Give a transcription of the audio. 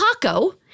Paco